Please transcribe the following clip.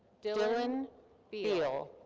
dylan beal.